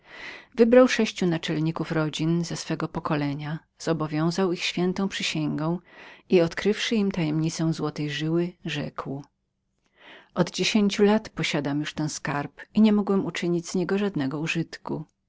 wybrał sześciu naczelników rodzin ze swego pokolenia zobowiązał ich świętą przysięgą i odkrywszy im tajemnicę złotej żyły rzekł od dziesięciu lat posiadam już ten skarb i nie mogłem uczynić z niego żadnego użytku